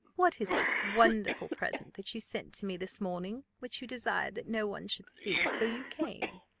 what is this wonderful present that you sent to me this morning, which you desired that no one should see till you came?